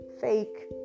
fake